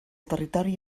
territori